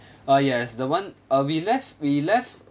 ah yes the one err we left we left